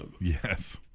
yes